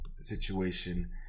situation